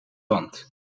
wand